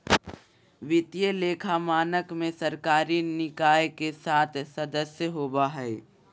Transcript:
वित्तीय लेखा मानक में सरकारी निकाय के सात सदस्य होबा हइ